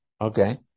okay